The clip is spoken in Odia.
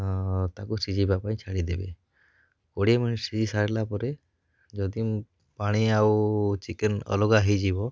ଅ ତାକୁ ସିଜେଇବା ପାଇଁ ଛାଡ଼ିଦେବେ କୋଡ଼ିଏ ମିନିଟ୍ ସିଝି ସାରିଲା ପରେ ଯଦି ପାଣି ଆଉ ଚିକେନ୍ ଅଲଗା ହେଇଯିବ